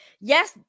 yes